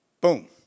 Boom